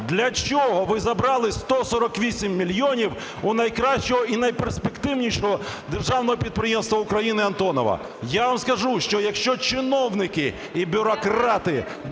Для чого ви забрали 148 мільйонів у найкращого і найперспективнішого Державного підприємства України "Антонов"? Я вам скажу, що якщо чиновники і бюрократи